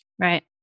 right